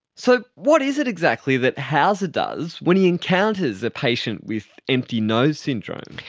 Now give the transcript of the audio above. so what is it exactly that houser does when he encounters a patient with empty nose syndrome?